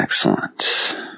Excellent